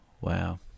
Wow